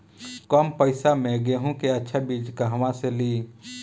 कम पैसा में गेहूं के अच्छा बिज कहवा से ली?